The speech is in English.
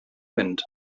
wind